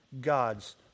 god's